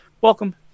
Welcome